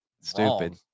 stupid